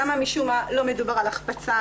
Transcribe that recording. שם משום מה לא מדובר על החפצה,